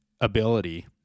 ability